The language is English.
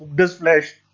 disfleshed,